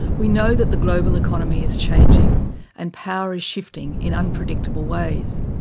we know that the global economy is changing and power is shifting in unpredictable ways.